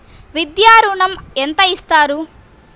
విద్యా ఋణం ఎంత ఇస్తారు?